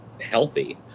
healthy